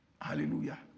Hallelujah